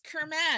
Kermit